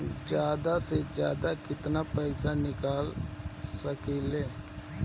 जादा से जादा कितना पैसा निकाल सकईले?